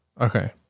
Okay